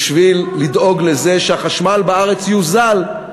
בשביל לדאוג לזה שהחשמל בארץ יוזל.